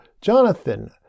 Jonathan